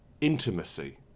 intimacy